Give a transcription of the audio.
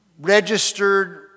registered